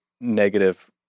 negative